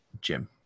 Jim